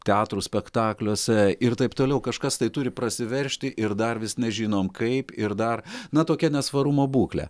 teatrų spektakliuose ir taip toliau kažkas tai turi prasiveržti ir dar vis nežinom kaip ir dar na tokia nesvarumo būklė